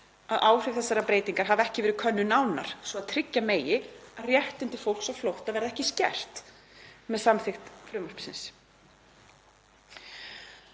að áhrif þessarar breytingar hafi ekki verið könnuð nánar svo að tryggja megi að réttindi fólks á flótta verði ekki skert með samþykkt frumvarpsins.